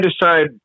decide